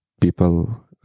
people